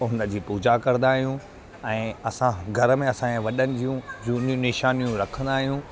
हुन जी पूॼा कंदा आहियूं ऐं असां घर में असां ऐं वॾनि जूं झूनियूं निशानियूं रखंदा आहियूं